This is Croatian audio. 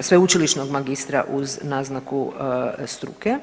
sveučilišnog magistra uz naznaku struke.